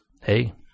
Hey